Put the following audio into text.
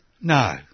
No